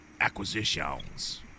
acquisitions